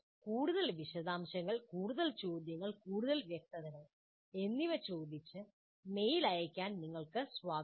കൂടുതൽ വിശദാംശങ്ങൾ കൂടുതൽ ചോദ്യങ്ങൾ കൂടുതൽ വ്യക്തതകൾ എന്നിവ ചോദിച്ച് മെയിൽ അയയ്ക്കാൻ നിങ്ങൾക്ക് സ്വാഗതം